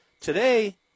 today